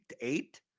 eight